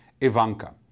Ivanka